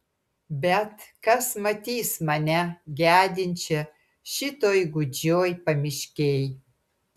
bet kas matys mane gedinčią šitoj gūdžioj pamiškėj